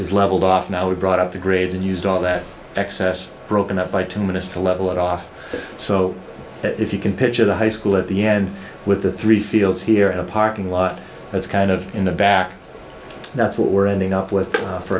is levelled off now we brought up the grades and used all that excess broken up by two minutes to level it off so that if you can picture the high school at the end with the three fields here in a parking lot that's kind of in the back that's what we're ending up with